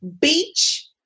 beach